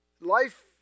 life